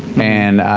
and,